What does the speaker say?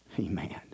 Amen